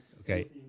okay